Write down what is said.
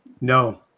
No